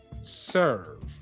serve